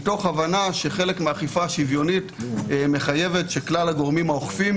מתוך הבנה שחלק מהאכיפה השוויונית מחייבת שכלל הגורמים האוכפים